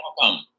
welcome